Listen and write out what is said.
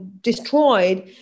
destroyed